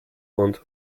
und